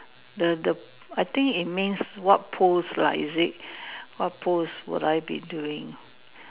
the the I think it means what pose lah is it what pose would I be doing